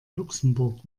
luxemburg